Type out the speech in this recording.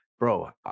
Bro